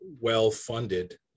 well-funded